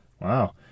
Wow